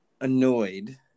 annoyed